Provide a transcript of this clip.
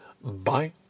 Bye